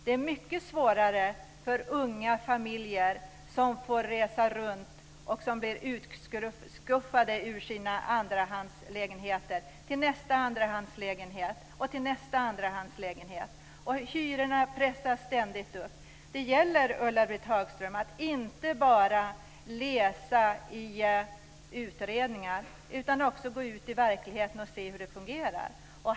Det är mycket svårare för unga familjer som får resa runt och som blir utskuffade ur sina andrahandslägenheter till nästa andrahandslägenhet och till nästa. Hyrorna pressas ständigt upp. Det gäller, Ulla-Britt Hagström, att inte bara läsa i utredningar utan också gå ut i verkligheten och se hur det fungerar.